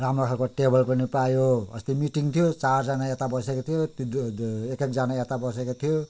राम्रो खालको टेबल पनि पायो अस्ति मिटिङ थियो चारजना यता बसेको थियो त्यो एक एकजना यता बसेको थियो